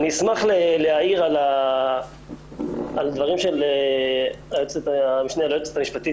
אני אשמח להעיר על הדברים של המשנה ליועץ המשפטי,